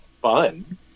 fun